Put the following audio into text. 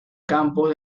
campos